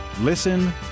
Listen